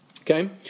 Okay